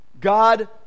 God